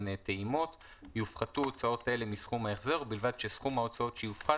טעימות "יופחתו הוצאות אלה מסכום ההחזר ובלבד שסכום ההוצאות שיופחת